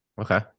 Okay